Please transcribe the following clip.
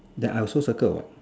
that I also circle what